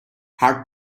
her